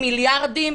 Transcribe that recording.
מיליארדים,